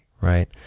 right